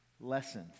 lesson